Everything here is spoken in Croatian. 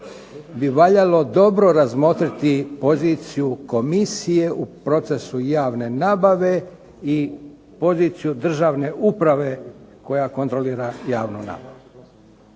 bi valjalo dobro razmotriti poziciju komisije u procesu javne nabave i poziciju državne uprave koja kontrolira javnu nabavu.